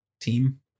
team